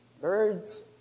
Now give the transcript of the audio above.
Birds